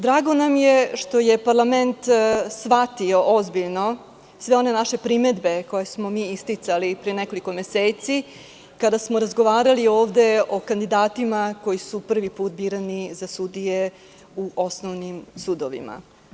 Drago nam je što je parlament shvatio ozbiljno sve one naše primedbe koje smo isticali pre nekoliko meseci kada smo razgovarali ovde o kandidatima koji su prvi put birani za sudije u osnovnim sudovima.